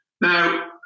Now